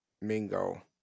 Mingo